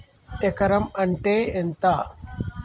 ఎకరం అంటే ఎంత?